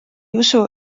usu